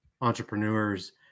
entrepreneurs